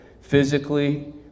physically